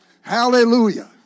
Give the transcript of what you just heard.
Hallelujah